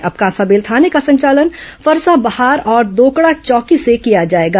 अब कांसाबेल थाने का संचालन फरसाबहार और दोकड़ा चौकी से किया जाएगा